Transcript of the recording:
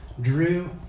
drew